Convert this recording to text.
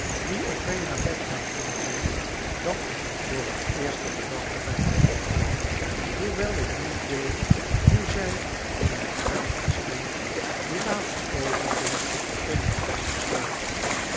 die op mijn naar bed gaan volgden dat voor het eerst de gedachte bij mij opkwam hoewel ik niet weet hoe zij in mijn brein ontstond die later overging in een vast besluit